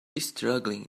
struggling